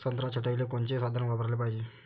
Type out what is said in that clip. संत्रा छटाईले कोनचे साधन वापराले पाहिजे?